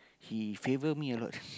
he favour me a lot